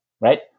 right